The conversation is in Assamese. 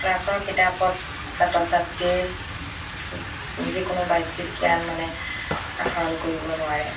ক্লাছৰ কিতাপত ছাত্ৰ ছাত্ৰীৰ যিকোনো বাহ্যিক জ্ঞান মানে আহৰণ কৰিব নোৱাৰে